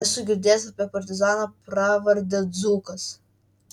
esu girdėjęs apie partizaną pravarde dzūkas